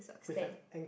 stand